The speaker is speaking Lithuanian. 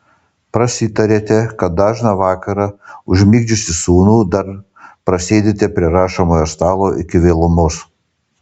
prasitarėte kad dažną vakarą užmigdžiusi sūnų dar prasėdite prie rašomojo stalo iki vėlumos